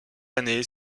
année